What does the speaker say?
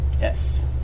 Yes